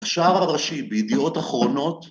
‫השאר הראשי בידיעות אחרונות...